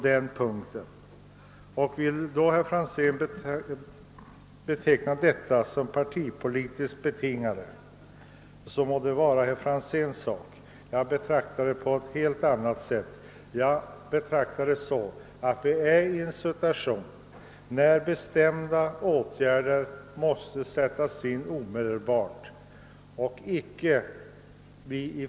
teckna reservationerna som partipolitiskt betingade må det vara hans sak — jag betraktar dem som något helt annat. Vi befinner oss i en sådan situation att bestämda åtgärder omedelbart måste vidtas.